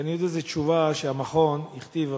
אני יודע שזו תשובה שהמכון הכתיב,